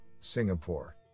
Singapore